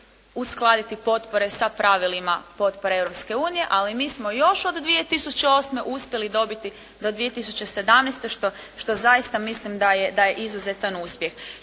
uskladiti potpore sa pravilima potpore Europske unije, ali mi smo još od 2008. uspjeli dobiti do 2017. što zaista mislim da je izuzetan uspjeh.